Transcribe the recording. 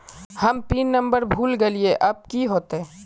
हम PIN number भूल गलिऐ अब की होते?